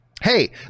hey